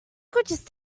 could